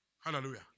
Hallelujah